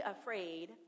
afraid